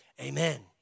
Amen